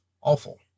awful